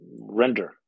render